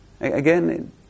Again